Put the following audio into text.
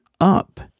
up